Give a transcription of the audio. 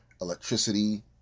electricity